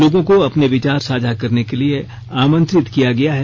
लोगों को अपने विचार साझा करने के लिए आंमत्रित किया गया है